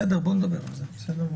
לא מדירים אותו מהדיון.